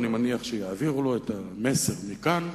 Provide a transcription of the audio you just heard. ואני מניח שיעבירו לו את המסר מכאן,